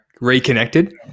reconnected